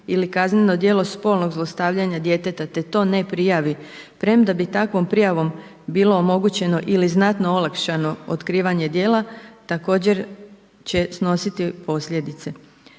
ili kazneno djelo spolnog zlostavljanja djeteta, te to ne prijavi, premda bi takvom prijavom bilo omogućeno ili znatno olakšano otkrivanje djela, također će snositi posljedice.